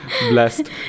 blessed